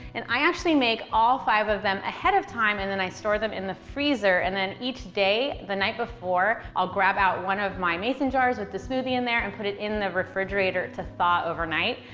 and i actually make all five of them ahead of time, and then i store them in the freezer, and then each day, the night before, i'll grab out one of my mason jars with the smoothie in there and put it in the refrigerator to thaw overnight.